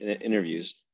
interviews